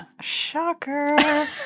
Shocker